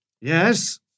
Yes